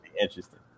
interesting